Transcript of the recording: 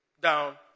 down